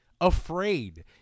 afraid